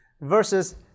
versus